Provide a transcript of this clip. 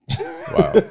Wow